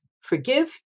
forgive